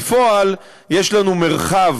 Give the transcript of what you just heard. בפועל יש לנו מרחב